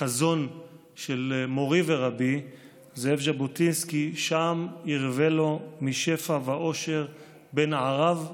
החזון של מורי ורבי זאב ז'בוטינסקי: "שם ירווה לו משפע ואושר / בן ערב,